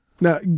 Now